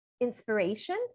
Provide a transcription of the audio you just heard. inspiration